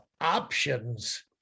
options